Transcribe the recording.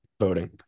voting